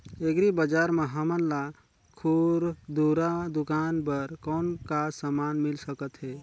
Agri बजार म हमन ला खुरदुरा दुकान बर कौन का समान मिल सकत हे?